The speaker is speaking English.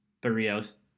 Barrios